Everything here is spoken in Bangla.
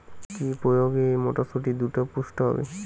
কি প্রয়োগে মটরসুটি দ্রুত পুষ্ট হবে?